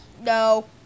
No